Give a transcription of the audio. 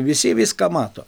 visi viską mato